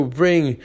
bring